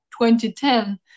2010